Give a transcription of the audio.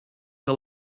que